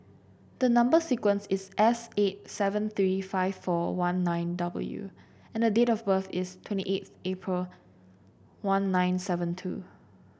the number sequence is S eight seven three five four one nine W and the date of birth is twenty eighth April one nine seven two